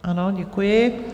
Ano, děkuji.